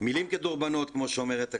מילים כדורבנות כמו שאומרת הקלישאה,